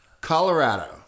Colorado